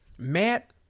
Matt